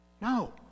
No